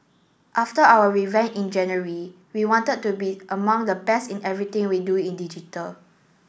after our revamp in January we wanted to be among the best in everything we do in digital